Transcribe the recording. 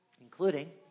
Including